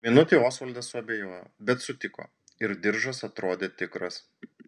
minutei osvaldas suabejojo bet sutiko ir diržas atrodė tikras